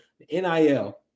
NIL